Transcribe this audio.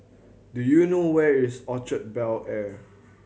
do you know where is Orchard Bel Air